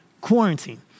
quarantine